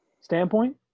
standpoint